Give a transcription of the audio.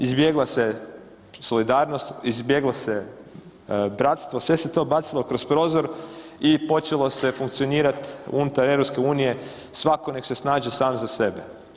Izbjegla se solidarnost, izbjegla bratstvo, sve se to bacilo kroz prozor i počelo se funkcionirati unutar EU svako nek se snađe sam za sebe.